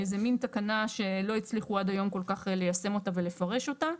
זה מן תקנה שלא הצליחו עד היום כל כך ליישם אותה ולפרש אותה.